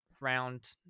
round